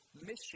mission